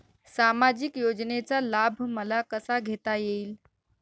सामाजिक योजनेचा लाभ मला कसा घेता येईल?